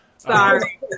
Sorry